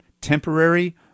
temporary